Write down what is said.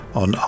on